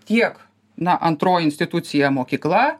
tiek na antroji institucija mokykla